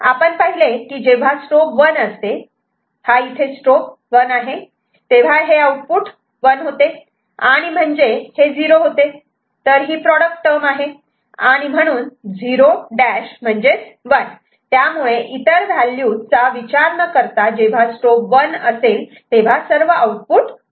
आपण पाहिले की जेव्हा स्ट्रोब 1 असते हा इथे स्ट्रोब 1 आहे तेव्हा हे आउटपुट 1 होते म्हणजे हे 0 होते तर ही प्रॉडक्ट टर्म आहे आणि म्हणून 0' म्हणजे 1 त्यामुळे इतर व्हॅल्यू चा विचार न करता जेव्हा स्ट्रोब 1 असेल तेव्हा सर्व आउटपुट 1 येतात